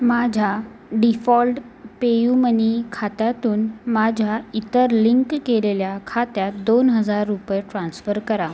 माझ्या default PayUmoney खात्यातून माझ्या इतर लिंक केलेल्या खात्यात दोन हजार रुपये ट्रान्स्फर करा